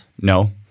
No